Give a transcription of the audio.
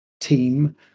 team